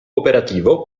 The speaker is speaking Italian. operativo